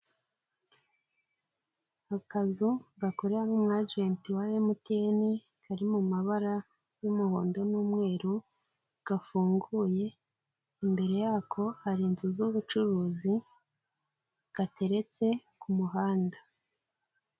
Akazu gakoreramo umwajenti wa MTN kari mu mabara y'umuhondo n'umweru gafunguye, imbere yako hari inzu z'ubucuruzi gateretse ku muhanda.